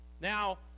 Now